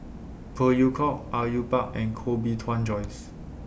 Phey Yew Kok Au Yue Pak and Koh Bee Tuan Joyce